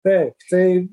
taip tai